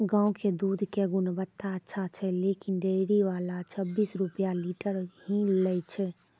गांव के दूध के गुणवत्ता अच्छा छै लेकिन डेयरी वाला छब्बीस रुपिया लीटर ही लेय छै?